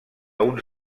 uns